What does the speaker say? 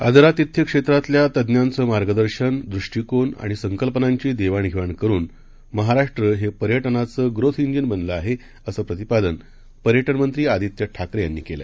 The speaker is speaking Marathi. आदरातिथ्यक्षेत्रातल्यातज्ज्ञांचंमार्गदर्शन दृष्टीकोनआणिसंकल्पनांचीदेवाणघेवाणकरुनमहाराष्ट्रहेपर्यटनाचंग्रोथाजिनबनलंआहे असंप्रतिपादनपर्यटनमंत्रीआदित्यठाकरेयांनीकेलं